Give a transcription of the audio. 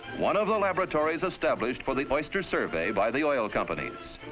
one of the laboratories established for the oyster survey by the oil companies.